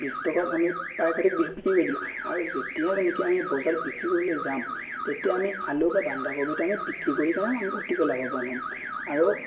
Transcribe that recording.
বিশ টকাত আমি পাইকাৰীক বিক্ৰী কৰি দিলোঁ আৰু যেতিয়া নেকি আমি বজাৰত বিক্ৰী কৰিবলৈ যাম তেতিয়া আমি আলু বা বন্ধাকবিটো আমি বিক্ৰী কৰি কিনে আমি অতিকৈ লাভৱান হ'ম আৰু